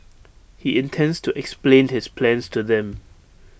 he intends to explain his plans to them